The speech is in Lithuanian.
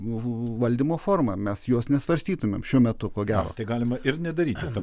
valdymo formą mes jos nesvarstytumėm šiuo metu ko gero tai galima ir nedaryk to